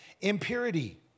Impurity